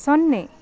ಸೊನ್ನೆ